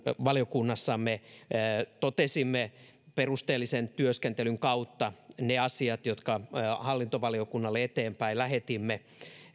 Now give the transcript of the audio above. valiokunnassamme totesimme perusteellisen työskentelyn kautta ne asiat jotka hallintovaliokunnalle eteenpäin lähetimme